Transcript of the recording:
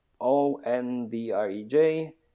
O-N-D-R-E-J